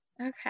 Okay